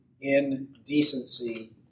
indecency